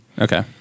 Okay